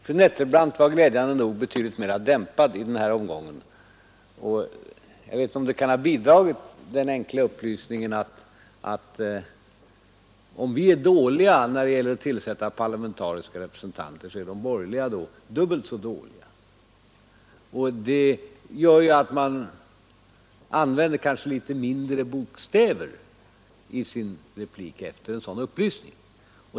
Fru Nettelbrandt var glädjande nog betydligt mer dämpad i denna omgång. Jag vet inte om en bidragande orsak till det kan ha varit den enkla upplysningen, att om vi är dåliga när det gäller att tillsätta kvinnliga parlamentariska representanter så är de borgerliga dubbelt så dåliga — man använder kanske litet mindre bokstäver i sin replik efter en sådan upplysning.